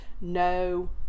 no